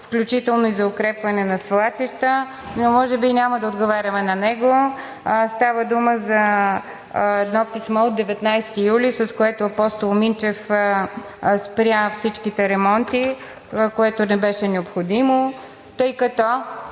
включително и за укрепване на свлачища, но може би няма да отговарям на него. Става дума за едно писмо от 19 юли, с което Апостол Минчев спря всичките ремонти, което не беше необходимо, тъй като